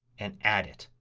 and add it.